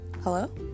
Hello